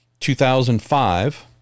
2005